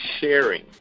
sharing